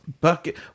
bucket